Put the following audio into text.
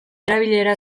erabilera